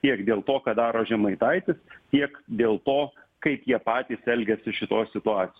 tiek dėl to ką daro žemaitaitis tiek dėl to kaip jie patys elgiasi šitoj situac